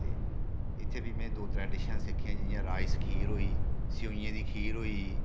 ते इत्थै बी में दौ त्रै डिशां सिक्खियां जि'यां राइस खीर होई सेवेइयें दी खीर होई